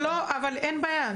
אבל אין בעיה,